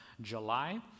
July